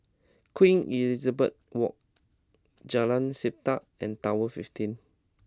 Queen Elizabeth Walk Jalan Sedap and Tower Fifteen